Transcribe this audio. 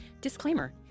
Disclaimer